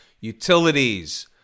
Utilities